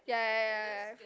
ya ya ya ya